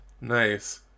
Nice